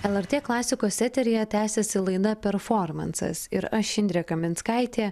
lrt klasikos eteryje tęsiasi laida performansas ir aš indrė kaminskaitė